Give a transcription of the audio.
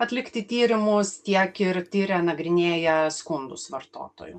atlikti tyrimus tiek ir tiria nagrinėja skundus vartotojų